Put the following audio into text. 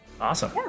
Awesome